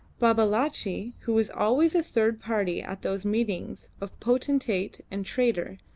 babalatchi, who was always a third party at those meetings of potentate and trader,